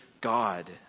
God